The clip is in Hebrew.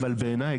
אבל עיני,